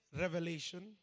revelation